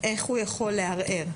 איך הוא יכול לערער?